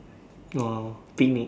!wow! picnic